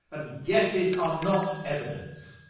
and guesses are not evidence.